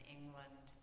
England